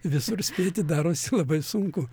visur spėti darosi labai sunku